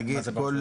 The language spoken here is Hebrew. נניח,